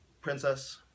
Princess